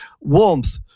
Warmth